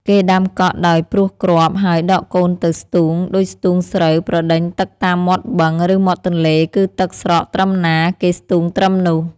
គេដាំកក់ដោយព្រោះគ្រាប់ ហើយដកកូនទៅ ស្ទូង ដូចស្ទូងស្រូវប្រដេញទឹកតាមមាត់បឹង ឬមាត់ទន្លេ គឺទឹកស្រកត្រឹមណា គេស្ទូងត្រឹមនោះ ។